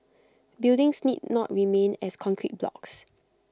buildings need not remain as concrete blocks